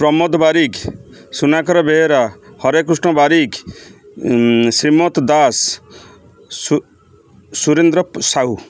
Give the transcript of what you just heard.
Pramod Barik Sunakar Behera Harekrishna Barik Srimat Das Surendra Sahu